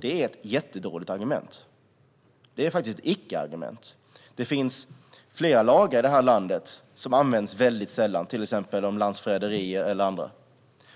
Det är ett jättedåligt argument - det är faktiskt ett icke-argument. Det finns flera lagar i det här landet som används väldigt sällan, till exempel lagen om landsförräderi.